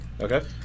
okay